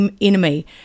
Enemy